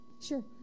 Sure